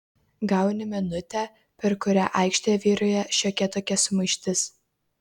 gauni minutę per kurią aikštėje vyrauja šiokia tokia sumaištis